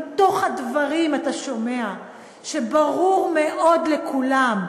מתוך הדברים אתה שומע שברור מאוד לכולם,